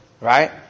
Right